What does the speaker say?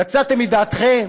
יצאתם מדעתכם?